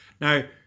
Now